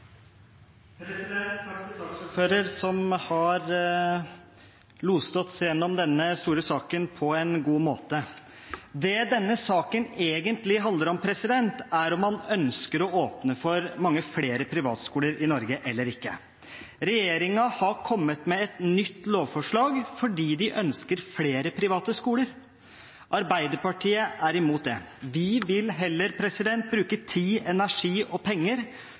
rødt. Takk til saksordføreren, som har loset oss gjennom denne store saken på en god måte. Det denne saken egentlig handler om, er om man ønsker å åpne for mange flere privatskoler i Norge eller ikke. Regjeringen har kommet med et nytt lovforslag fordi de ønsker flere private skoler. Arbeiderpartiet er imot det. Vi vil heller bruke tid, energi og penger